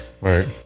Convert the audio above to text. Right